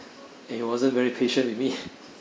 and he wasn't very patient with me